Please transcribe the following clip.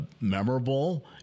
memorable